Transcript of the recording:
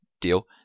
deal